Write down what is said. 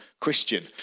Christian